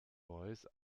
voice